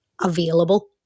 available